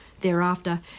thereafter